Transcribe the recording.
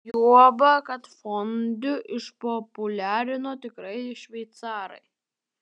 juoba kad fondiu išpopuliarino tikrai šveicarai